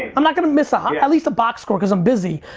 i'm not gonna miss, ah at least a box score cause i'm busy,